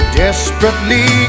desperately